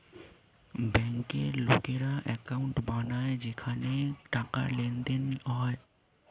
ব্যাংকে লোকেরা অ্যাকাউন্ট বানায় যেখানে টাকার লেনদেন হয়